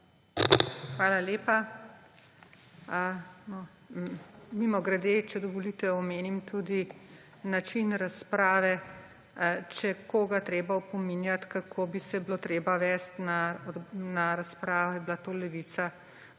Hvala lepa. Mimogrede, če dovolite, omenim tudi način razprave, če je koga treba opominjati, kako bi se bilo treba vesti na razpravah, je bila to Levica,